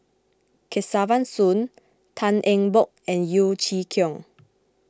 Kesavan Soon Tan Eng Bock and Yeo Chee Kiong